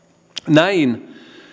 näin